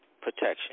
protection